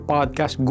Podcast